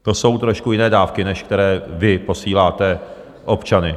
To jsou trošku jiné dávky, než které vy posíláte... občany.